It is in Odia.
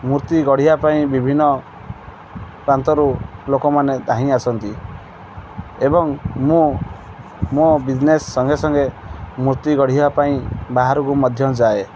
ମୂର୍ତ୍ତି ଗଢ଼ିବା ପାଇଁ ବିଭିନ୍ନ ପ୍ରାନ୍ତରୁ ଲୋକମାନେ ଧାଇଁ ଆସନ୍ତି ଏବଂ ମୁଁ ମୋ ବିଜ୍ନେସ୍ ସଙ୍ଗେ ସଙ୍ଗେ ମୂର୍ତ୍ତି ଗଢ଼ିବା ପାଇଁ ବାହାରକୁ ମଧ୍ୟ ଯାଏ